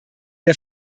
der